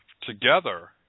together